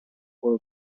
quello